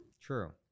True